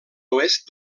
oest